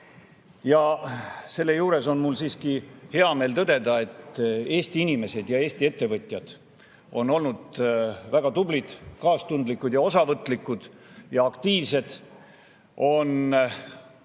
Selle juures on mul siiski hea meel tõdeda, et Eesti inimesed ja Eesti ettevõtjad on olnud väga tublid, kaastundlikud, osavõtlikud ja aktiivsed ning